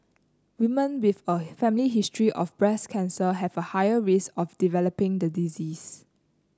women with a family history of breast cancer have a higher risk of developing the disease